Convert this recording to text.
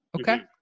Okay